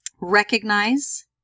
Recognize